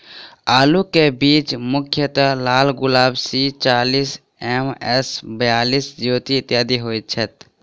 आलु केँ बीज मुख्यतः लालगुलाब, सी चालीस, एम.एस बयालिस, ज्योति, इत्यादि होए छैथ?